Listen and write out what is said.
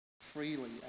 freely